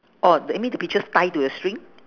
orh d~ you mean the peaches tie to a string